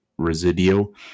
Residio